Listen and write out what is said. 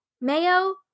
Mayo